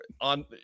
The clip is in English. on